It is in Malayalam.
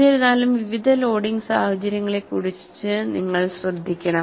എന്നിരുന്നാലും വിവിധ ലോഡിംഗ് സാഹചര്യങ്ങളെക്കുറിച്ച് നിങ്ങൾ ശ്രദ്ധിക്കണം